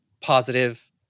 positive